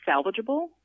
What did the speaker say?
salvageable